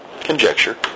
Conjecture